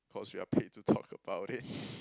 cause we are paid to talk about it